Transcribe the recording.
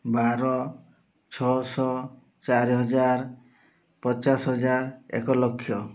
ବାର ଛଅଶହ ଚାରି ହଜାର୍ ପଚାଶ୍ ହଜାର୍ ଏକ ଲକ୍ଷ